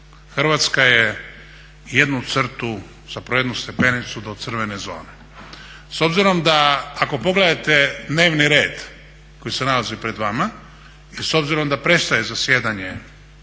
Hrvatska je jednu crtu zapravo jednu stepenicu do crvene zone. S obzirom da ak pogledate dnevni red koji se nalazi pred vama i s obzirom da prestaje zasjedanje,